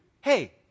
hey